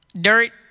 dirt